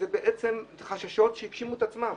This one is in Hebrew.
אלה בעצם חששות שהגשימו את עצמן.